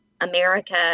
America